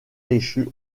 déchu